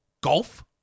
Golf